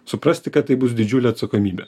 suprasti kad tai bus didžiulė atsakomybė